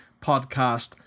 podcast